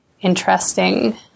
interesting